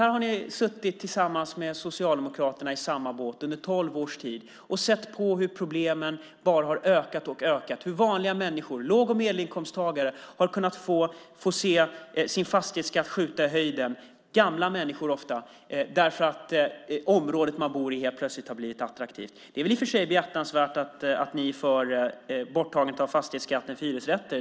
Här har ni suttit med Socialdemokraterna i samma båt under tolv års tid och sett på hur problemen bara har ökat och ökat, hur vanliga människor, låg och medelinkomsttagare, har fått se sin fastighetsskatt skjuta i höjden, gamla människor ofta, därför att området de bor i helt plötsligt har blivit attraktivt. Det är i och för sig behjärtansvärt att ni är för borttagande av fastighetsskatten för hyresrätter.